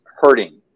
hurting